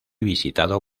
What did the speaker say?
visitado